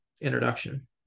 introduction